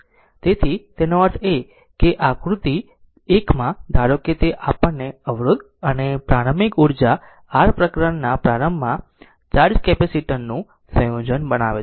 તેથી તેનો અર્થ એ કે આકૃતિ 1 ધારો કે તે આપણને અવરોધ અને પ્રારંભિક ઉર્જા r પ્રકરણના પ્રારંભમાં ચાર્જ કેપેસિટર નું સંયોજન બતાવે છે